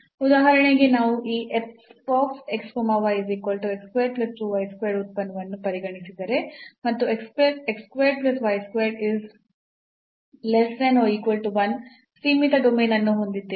ಉದಾಹರಣೆಗೆ ನಾವು ಈ ಉತ್ಪನ್ನವನ್ನು ಪರಿಗಣಿಸಿದರೆ ಮತ್ತು ಸೀಮಿತ ಡೊಮೇನ್ ಅನ್ನು ಹೊಂದಿದ್ದೇವೆ